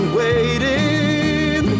waiting